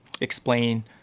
explain